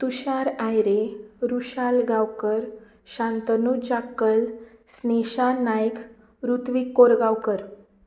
Tushar Ayre Rushal Gaonkar Shantanu Chhakkal Snesha Naik Ruthvik Korgaonkar